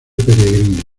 peregrino